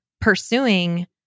pursuing